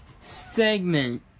segment